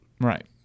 right